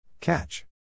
Catch